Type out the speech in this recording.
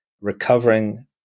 recovering